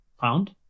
pound